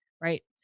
Right